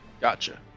Gotcha